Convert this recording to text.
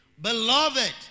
Beloved